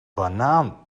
banaan